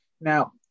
Now